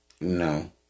No